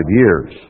years